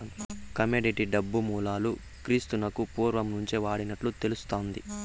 commodity డబ్బు మూలాలు క్రీస్తునకు పూర్వం నుంచే వాడినట్లు తెలుస్తాది